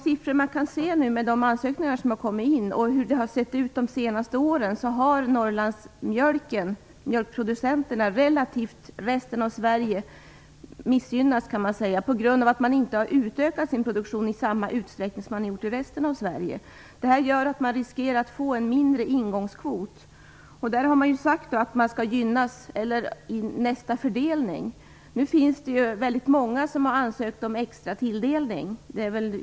Siffrorna i de ansökningar som har kommit in och erfarenheten av de senaste åren visar att mjölkproducenterna i Norrland har missgynnats jämfört med de i övriga Sverige på grund av att de inte har utökat sin produktion i samma utsträckning som man har gjort i resten av Sverige. Detta gör att de riskerar att få en mindre ingångskvot. Det har sagts att de skall gynnas vid nästa fördelning. Nu finns det många som har ansökt om extra tilldelning.